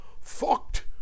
...fucked